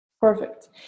Perfect